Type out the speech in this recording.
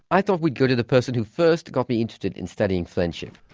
i thought we'd go to the person who first got me interested in studying friendship.